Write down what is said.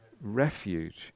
Refuge